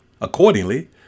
Accordingly